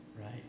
Right